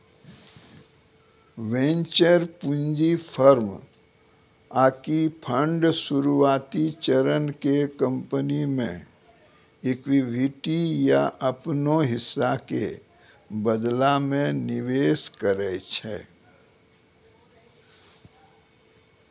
venture पूंजी firm आकि fund शुरुआती चरण के कंपनी मे इक्विटी या अपनो हिस्सा के बदला मे निवेश करै छै